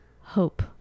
hope